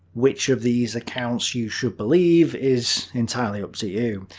which of these accounts you should believe is entirely up to you.